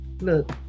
look